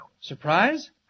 Surprise